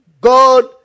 God